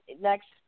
next